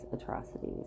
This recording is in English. atrocities